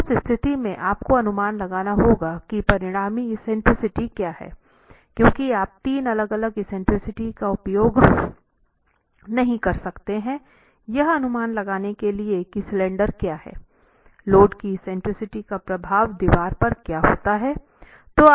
तो उस स्थिति में आपको अनुमान लगाना होगा कि परिणामी एक्सेंट्रिसिटी क्या है क्योंकि आप तीन अलग अलग एक्सेंट्रिसिटी का उपयोग नहीं कर सकते हैं यह अनुमान लगाने के लिए कि स्लेंडर क्या है लोड की एक्सेंट्रिसिटी का प्रभाव दीवार पर क्या होता है